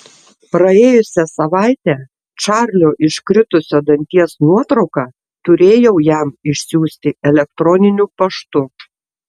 praėjusią savaitę čarlio iškritusio danties nuotrauką turėjau jam išsiųsti elektroniniu paštu